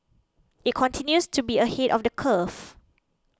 it continues to be ahead of the curve